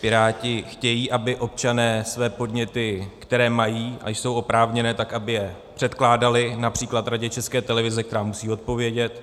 Piráti chtějí, aby občané své podněty, které mají a jsou oprávněné, tak aby je předkládali například Radě České televize, která musí odpovědět.